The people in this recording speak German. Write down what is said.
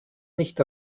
nicht